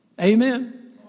Amen